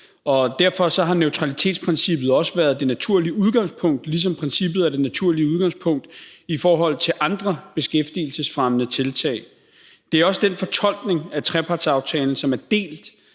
Derfor har neutralitetsprincippet også været det naturlige udgangspunkt, ligesom princippet er det naturlige udgangspunkt i forhold til andre beskæftigelsesfremmende tiltag. Det er også den fortolkning af trepartsaftalen, som er delt